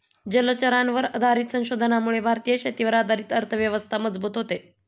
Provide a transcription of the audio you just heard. जलचरांवर आधारित संशोधनामुळे भारतीय शेतीवर आधारित अर्थव्यवस्था मजबूत होते